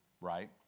right